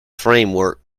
framework